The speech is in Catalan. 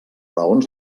raons